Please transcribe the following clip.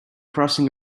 crossing